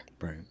Right